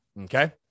okay